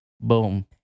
boom